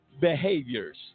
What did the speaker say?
behaviors